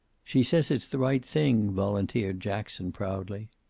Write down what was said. she says it's the right thing, volunteered jackson, proudly.